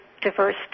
diverse